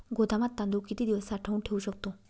गोदामात तांदूळ किती दिवस साठवून ठेवू शकतो?